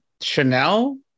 Chanel